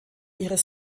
ihres